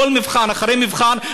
במבחן אחרי מבחן,